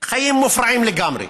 חיים מופרעים לגמרי.